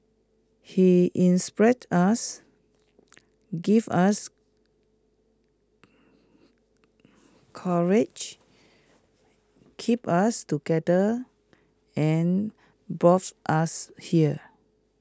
he inspired us give us courage keep us together and us here